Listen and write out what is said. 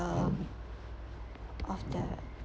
the of the